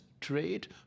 trade